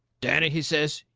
danny, he says,